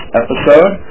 episode